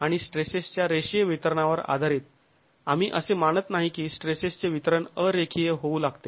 आणि स्ट्रेसेस च्या रेषीय वितरणावर आधारित आम्ही असे मानत नाही की स्ट्रेसेसचे वितरण अ रेखीय होऊ लागते